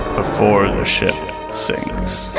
before the ship sinks.